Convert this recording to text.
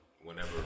whenever